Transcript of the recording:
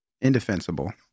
Indefensible